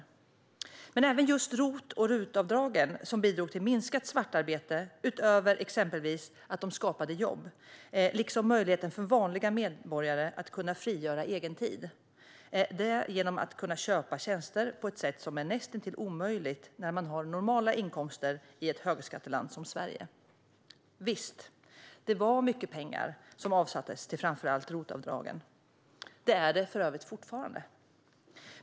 Till dessa initiativ räknas även just ROT och RUT-avdragen, som bidrog till minskat svartarbete utöver att de exempelvis skapade jobb och gav vanliga medborgare möjligheter att frigöra egentid genom att människor kunde köpa tjänster på ett sätt som är näst intill omöjligt när man har normala inkomster i ett högskatteland som Sverige. Visst, det var mycket pengar som avsattes till framför allt ROT-avdragen. Det är det för övrigt fortfarande.